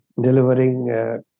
delivering